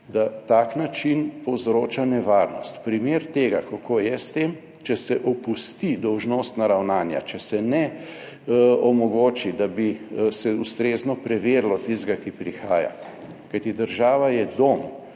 da tak način povzroča nevarnost. Primer tega, kako je s tem, če se opusti dolžnostna ravnanja, če se ne omogoči, da bi se ustrezno preverilo tistega, ki prihaja, kajti država je dom,